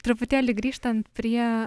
truputėlį grįžtant prie